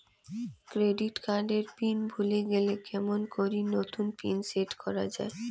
Credit card এর pin ভুলে গেলে কেমন করি নতুন পিন সেট করা য়ায়?